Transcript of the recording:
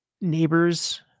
neighbors